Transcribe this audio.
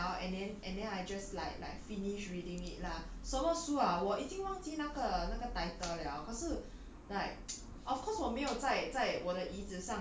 ya ya spend the whole day I sit down and then and then I just like like finish reading it lah 什么书 ah 我已经忘记那个那个 title 了可是